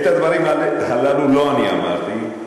את הדברים הללו לא אני אמרתי,